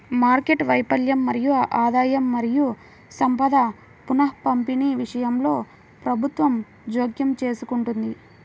market వైఫల్యం మరియు ఆదాయం మరియు సంపద పునఃపంపిణీ విషయంలో ప్రభుత్వం జోక్యం చేసుకుంటుంది